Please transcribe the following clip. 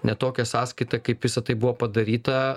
ne tokia sąskaita kaip visa tai buvo padaryta